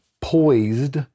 poised